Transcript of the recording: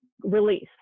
release